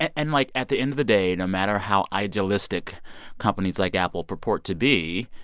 and like, at the end of the day, no matter how idealistic companies like apple purport to be,